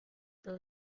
that